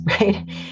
Right